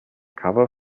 cover